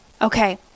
Okay